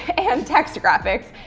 and text graphics,